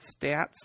stats